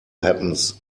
happens